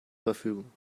verfügung